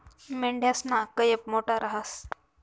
मेंढयासना कयप मोठा रहास